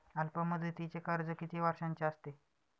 अल्पमुदतीचे कर्ज किती वर्षांचे असते?